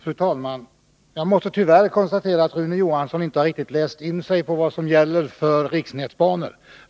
Fru talman! Jag måste tyvärr konstatera att Rune Johansson inte riktigt har läst in sig på vad som gäller för riksnätsbanor.